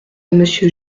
monsieur